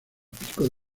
pico